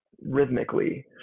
rhythmically